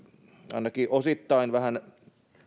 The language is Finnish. ainakin osittain vähän